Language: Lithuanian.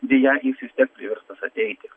deja jis vis tiek priverstas ateiti